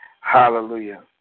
Hallelujah